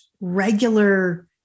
regular